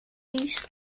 east